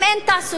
אם אין תעסוקה,